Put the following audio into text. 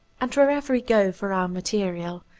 and wherever we go for our material,